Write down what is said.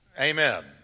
amen